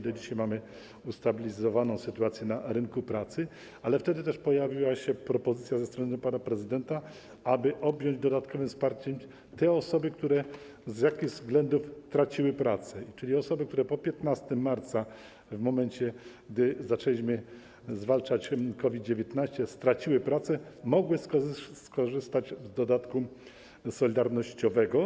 Do dzisiaj mamy ustabilizowaną sytuację na rynku pracy, ale wtedy też pojawiła się propozycja ze strony pana prezydenta, aby objąć dodatkowym wsparciem te osoby, które z jakichś względów traciły pracę, czyli osoby, które po 15 marca - w momencie gdy zaczęliśmy zwalczać COVID-19 - straciły pracę, aby mogły skorzystać z dodatku solidarnościowego.